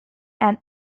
and